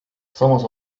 samas